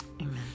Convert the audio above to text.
Amen